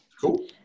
Cool